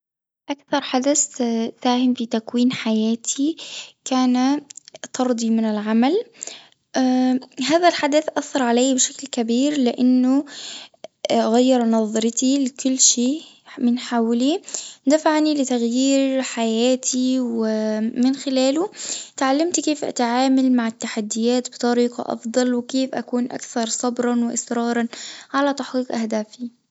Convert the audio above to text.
أكثر حدث ساهم في تكوين حياتي، كان طردي من العمل هذا الحدث أثر علي بشكل كبير لإنه غير نظرتي لكل شيء من حولي، دفعني لتغيير حياتي و من خلاله اتعلمت كيف أتعامل مع التحديات بطريقة أفضل وكيف أكون أكثر صبرًا وإصرارًا على تحقيق أهدافي.